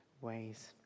ways